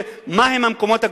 מהם המקומות הקדושים,